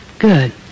Good